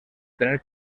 tener